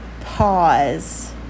pause